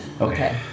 Okay